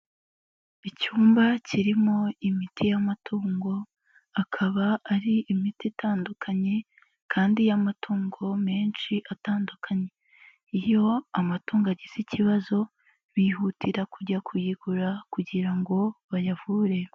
Icyumba kirimo imiti y'amatungo akaba ari imiti itandukanye kandi y'amatungo menshi atandukanye, iyo amatungo agize ikibazo bihutira kujya kuyigura kugira ngo bayavure.